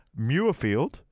Muirfield